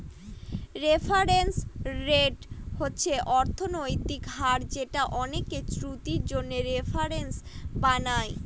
reference rate হচ্ছে অর্থনৈতিক হার যেটা অনেকে চুক্তির জন্য রেফারেন্স বানায়